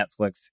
Netflix